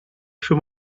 für